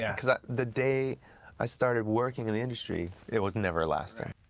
yeah because ah the day i started working in the industry, it was never lasting.